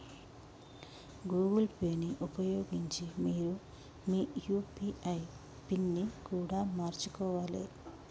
Google Pay ని ఉపయోగించి మీరు మీ యూ.పీ.ఐ పిన్ని కూడా మార్చుకోవాలే